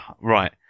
Right